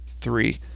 three